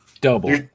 Double